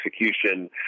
execution